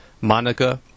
Monica